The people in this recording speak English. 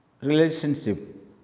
Relationship